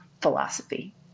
philosophy